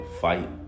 fight